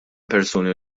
persuni